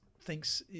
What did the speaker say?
thinks